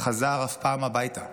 חזר אף פעם הביתה.